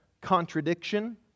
contradiction